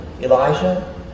Elijah